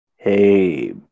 Hey